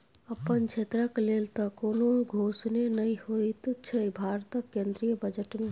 अपन क्षेत्रक लेल तँ कोनो घोषणे नहि होएत छै भारतक केंद्रीय बजट मे